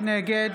נגד